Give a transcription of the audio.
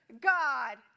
God